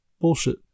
bullshit